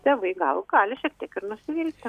tėvai gal gali šiek tiek ir nusivilti